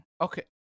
Okay